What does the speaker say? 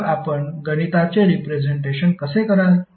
मग आपण गणिताचे रिप्रेझेंटेशन कसे कराल